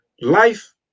Life